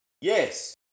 Yes